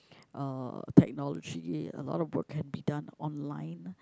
uh technology a lot of work can be done online